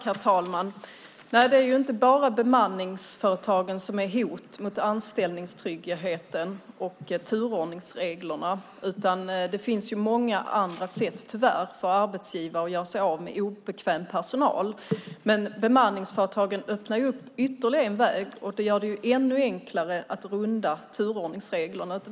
Herr talman! Det är inte bara bemanningsföretagen som är ett hot mot anställningstryggheten och turordningsreglerna, utan det finns många andra sätt, tyvärr, för arbetsgivare att göra sig av med obekväm personal. Bemanningsföretagen öppnar upp ytterligare en väg, och det gör det ännu enklare att runda turordningsreglerna.